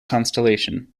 constellation